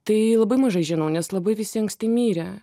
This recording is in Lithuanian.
tai labai mažai žinau nes labai visi anksti mirė